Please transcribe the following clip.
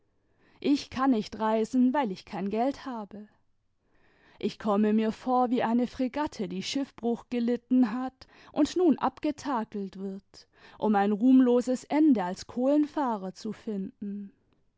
ich kann nicht reisen weil ich kein geld habe ich komme mir vor wie eine fregatte die schiffbruch gelitten hat und nun abgetakelt wird um ein ruhmloses ende als kohlenfahrer zu finden